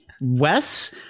Wes